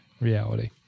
reality